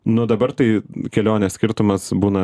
nu dabar tai kelionės skirtumas būna